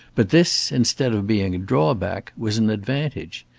but this, instead of being a drawback, was an advantage.